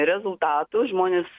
rezultatų žmonės